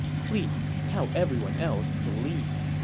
please tell everyone else to leave.